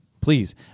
Please